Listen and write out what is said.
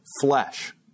flesh